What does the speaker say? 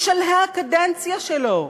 בשלהי הקדנציה שלו,